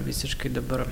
visiškai dabar